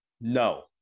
No